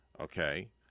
Okay